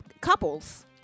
couples